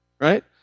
right